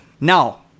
Now